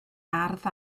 ardd